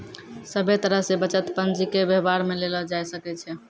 सभे तरह से बचत पंजीके वेवहार मे लेलो जाय सकै छै